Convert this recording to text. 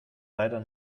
leider